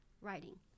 writing